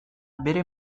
bere